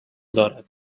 دارد